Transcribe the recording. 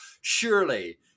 surely